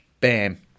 Bam